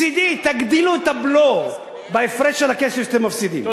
מצדי תגדילו את הבלו בהפרש על הכסף שאתם מפסידים,